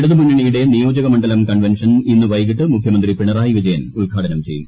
ഇടതു മുന്നണിയുടെ നിയോജക മണ്ഡലം കൺവെൻഷൻ ഇന്ന് വൈകീട്ട് മുഖ്യമന്ത്രി പിണറായി വിജയൻ ഉദ്ഘാടനം ചെയ്യും